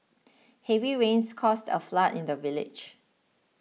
heavy rains caused a flood in the village